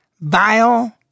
vile